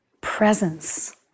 presence